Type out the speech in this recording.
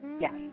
yes